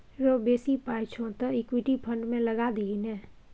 रौ बेसी पाय छौ तँ इक्विटी फंड मे लगा दही ने